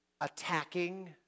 attacking